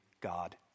God